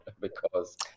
because-